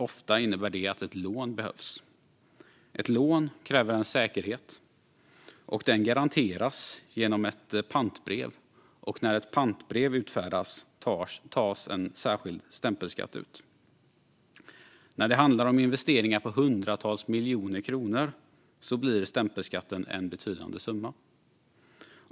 Ofta innebär det att ett lån behövs. Ett lån kräver en säkerhet. Den garanteras genom ett pantbrev, och när ett pantbrev utfärdas tas en särskild stämpelskatt ut. När det handlar om investeringar på hundratals miljoner kronor blir stämpelskatten en betydande summa.